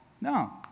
No